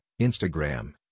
Instagram